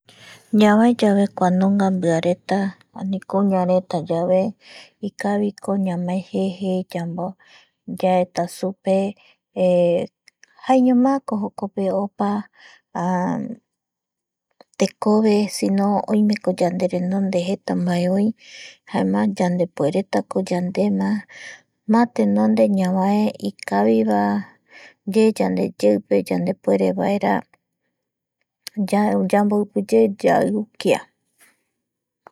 Ñavaeyave kuanunga mbiareta ani kuañareta yave ikaviko ñame jeje yaeta supe jaeñomaako jokope opa tekove sino oimeko yanderendonde mbae oi jaema yandepueretako yandema má tenonde ñavae ikavivae ye yandeyeupe yandepuerevaera yaru yamboipiye yaiukia